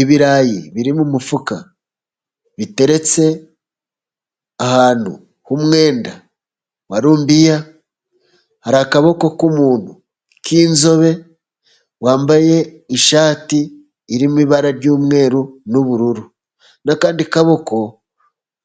Ibirayi biri mu mufuka biteretse ahantu h'umwenda wa rumbiya. Hari akaboko k'umuntu k'inzobe wambaye ishati irimo ibara ry'umweru n'ubururu n'akandi kaboko